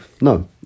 No